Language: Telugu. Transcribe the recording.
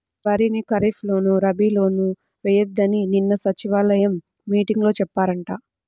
వరిని ఖరీప్ లోను, రబీ లోనూ ఎయ్యొద్దని నిన్న సచివాలయం మీటింగులో చెప్పారంట